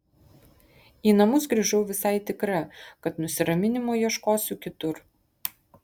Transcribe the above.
į namus grįžau visai tikra kad nusiraminimo ieškosiu kitur